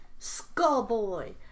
Skullboy